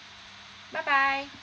bye bye